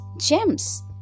gems